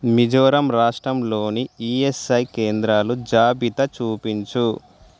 మిజోరాం రాష్ట్రంలోని ఈఎస్ఐ కేంద్రాలు జాబితా చూపించు